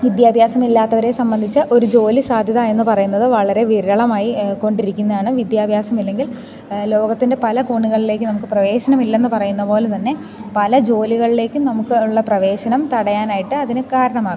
വിദ്യാഭ്യാസം ഇല്ലാത്തവരെ സംബന്ധിച്ച് ഒരു ജോലി സാധ്യത എന്നു പറയുന്നത് വളരെ വിരളമായിക്കൊണ്ടിരിക്കുന്നതാണ് വിദ്യാഭ്യാസമില്ലെങ്കിൽ ലോകത്തിൻ്റെ പല കോണുകളിലേക്ക് നമുക്ക് പ്രവേശനമില്ലെന്ന് പറയുന്നപോലെതന്നെ പല ജോലികളിലേക്കും നമുക്ക് ഉള്ള പ്രവേശനം തടയാനായിട്ട് അതിനു കാരണമാകും